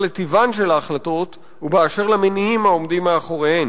לטיבן של ההחלטות ובאשר למניעים העומדים מאחוריהן.